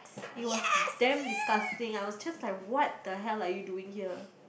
it was damn disgusting I was just like what the hell are you doing here